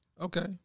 Okay